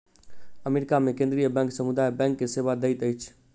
America मे केंद्रीय bank समुदाय बैंक के सेवा दैत अछि